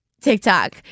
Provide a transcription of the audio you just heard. TikTok